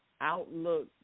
outlook